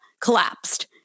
collapsed